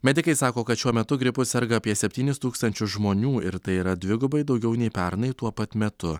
medikai sako kad šiuo metu gripu serga apie septynis tūkstančių žmonių ir tai yra dvigubai daugiau nei pernai tuo pat metu